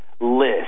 list